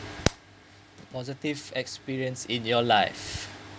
positive experience in your life